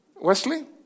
Wesley